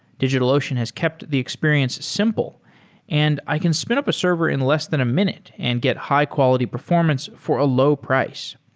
digitalocean has kept the experience simple and i can spin up a server in less than a minute and get high quality performance for a low price.